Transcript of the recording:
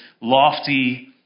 lofty